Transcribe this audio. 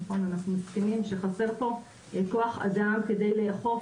אנחנו מסכימים שחסר פה כוח אדם כדי לאכוף,